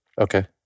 Okay